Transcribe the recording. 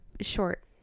short